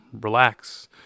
relax